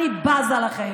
אני בזה לכם,